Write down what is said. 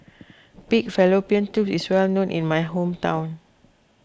Pig Fallopian Tubes is well known in my hometown